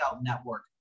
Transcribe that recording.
Network